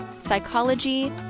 psychology